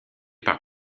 par